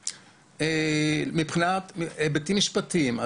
מבחינת היבטים משפטיים.